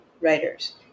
writers